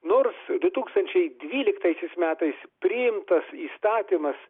nors du tūkstančiai dvyliktaisiais metais priimtas įstatymas